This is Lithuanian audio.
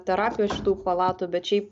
terapijos šitų palatų bet šiaip